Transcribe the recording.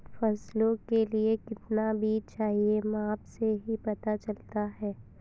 फसलों के लिए कितना बीज चाहिए माप से ही पता चलता है